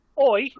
Oi